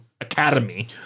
Academy